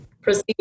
proceed